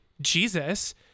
Jesus